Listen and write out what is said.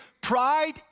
pride